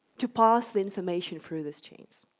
to pass the information through those chains.